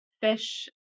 fish